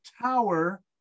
Tower